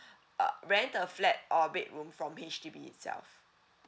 uh rent a flat or bedroom from H_D_B itself